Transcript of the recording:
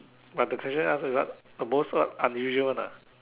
but the question ask is what the most what unusual one ah